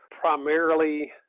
Primarily